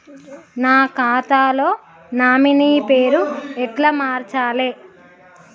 నా ఖాతా లో నామినీ పేరు ఎట్ల మార్చాలే?